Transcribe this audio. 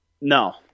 no